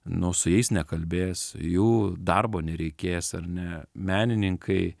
nu su jais nekalbės jų darbo nereikės ar ne menininkai